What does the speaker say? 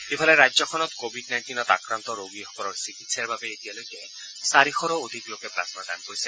ইফালে ৰাজ্যখনত কোৱিড নাইণ্টিনত আক্ৰান্ত ৰোগীসকলৰ চিকিৎসাৰ বাবে এতিয়ালৈকে চাৰিশৰো অধিক লোকে প্লাজমা দান কৰিছে